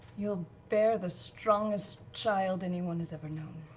you'll bear the strongest child anyone has ever known.